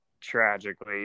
tragically